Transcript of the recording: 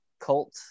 cult